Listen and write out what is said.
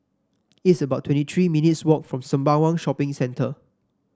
it's about twenty three minutes' walk from Sembawang Shopping Centre